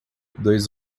dois